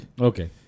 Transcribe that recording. Okay